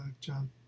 John